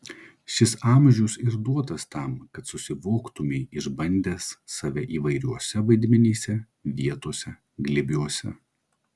šis amžius ir duotas tam kad susivoktumei išbandęs save įvairiuose vaidmenyse vietose glėbiuose